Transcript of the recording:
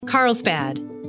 Carlsbad